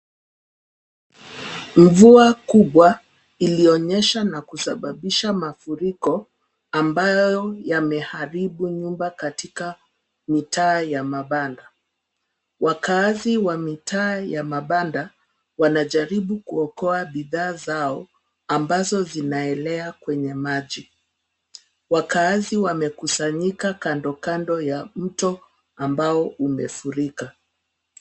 Mvua kubwa iliyonyesha na kusababisha mafuriko, ambayo yameharibu nyumba katika mitaa ya mabanda. Wakazi wa mitaa ya mabanda, wanajaribu kuokoa bidhaa zao ambazo zinaelea kwenye maji. Wakazi wamekusanyika kandokando ya mto ambao umefurika.